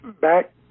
back